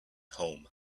home